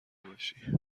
باشی